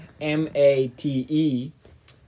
M-A-T-E